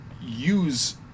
use